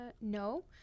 No